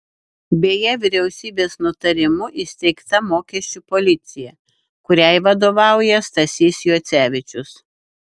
beje vyriausybės nutarimu įsteigta mokesčių policija kuriai vadovauja stasys juocevičius